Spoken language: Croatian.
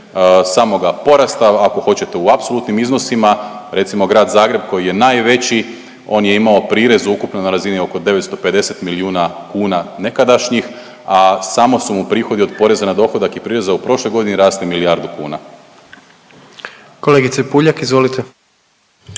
samoga porasta ako hoćete u apsolutnim iznosima recimo Grad Zagreb koji je najveći on je imao prirez ukupno na razni oko 950 milijuna kuna nekadašnjih, a samo su mu prihodi od poreza na dohodak i prireza u prošloj godini rasli milijardu kuna. **Jandroković,